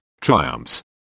Triumphs